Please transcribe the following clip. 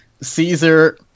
Caesar